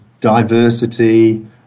diversity